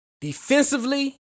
defensively